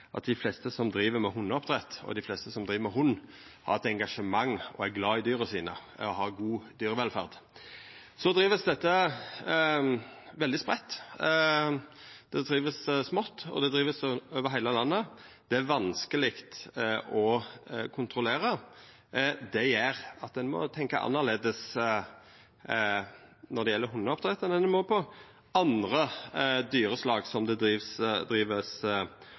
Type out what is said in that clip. at dei fleste som driv med hundeoppdrett, og dei fleste som driv med hund, har eit engasjement, er glade i dyra sine og har god dyrevelferd. Så vert dette drive veldig spreitt, det vert drive smått, og det vert drive over heile landet. Det er vanskeleg å kontrollera. Det gjer at ein må tenkja annleis når det gjeld hundeoppdrett, enn når det gjeld andre dyreslag som det